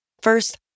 First